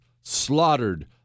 slaughtered